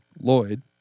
Lloyd